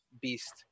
beast